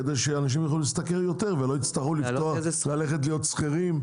כדי שאנשים יוכלו להשתכר יותר ולא יצטרכו ללכת להיות שכירים.